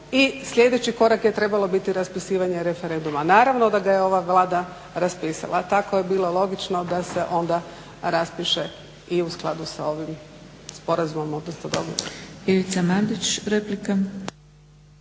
i sljedeći korak je trebalo biti raspisivanje referenduma. Naravno da ga je ova Vlada raspisala. Tako je bilo logično da se onda raspiše i u skladu sa ovim sporazumom,